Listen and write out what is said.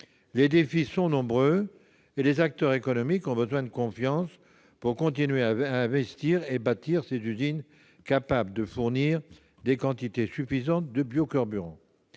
Les défis sont nombreux et les acteurs économiques ont besoin de confiance pour continuer à investir et bâtir ces usines capables de fournir les quantités suffisantes de biocarburants.